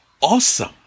Awesome